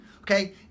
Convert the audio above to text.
Okay